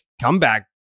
comeback